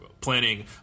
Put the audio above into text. planning